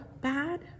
bad